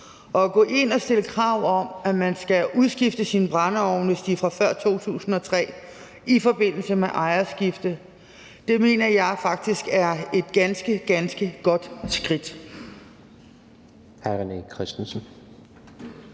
Og at gå ind og stille krav om, at man skal udskifte sin brændeovn, hvis den er fra før 2003, i forbindelse med ejerskifte, mener jeg faktisk er et ganske, ganske godt skridt.